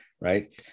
right